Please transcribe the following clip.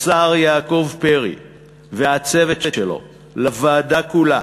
לשר יעקב פרי ולצוות שלו, לוועדה כולה,